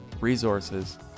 resources